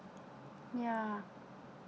ya